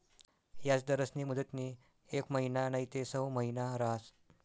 याजदरस्नी मुदतनी येक महिना नैते सऊ महिना रहास